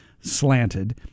slanted